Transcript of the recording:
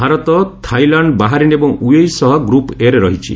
Bharat Thailand Bahrain ଏବଂ UAE ସହ group ଏରେ ରହିଛି